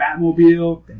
Batmobile